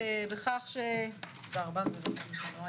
על סדר-היום: פרק ט' (ביטוח לאומי),